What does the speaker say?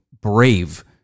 brave